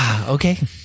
Okay